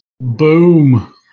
Boom